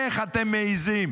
איך אתם מעיזים?